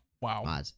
wow